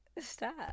stop